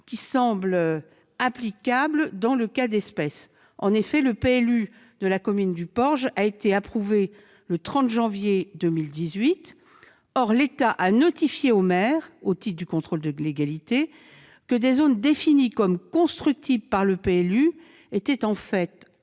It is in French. qui semble applicable au cas d'espèce. En effet, le PLU de la commune du Porge a été approuvé le 30 janvier 2018. Or l'État a indiqué au maire, au titre de son contrôle de légalité, que des zones définies comme constructibles par le PLU étaient en fait